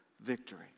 victory